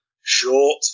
short